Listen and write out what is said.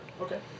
Okay